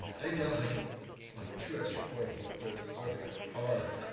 they get like and like two extra points in the quiz. ok, paused.